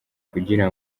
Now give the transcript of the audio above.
kugira